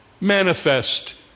manifest